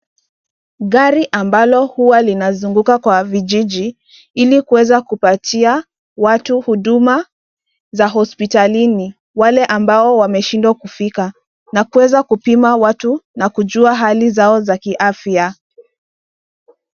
Gari ambalo huwa linazunguka kwa vijiji ili kuweza kupatia watu huduma za hospitalini wale ambao wameshindwa kufika na kuweza kupima watu na kujua hali zao za kiafya.